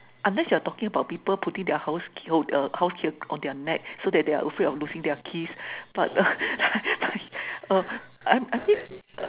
unless you're talking about people putting their house hold err house key on their neck so that they're afraid of losing their keys but err err I think